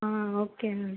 ah okay ma'am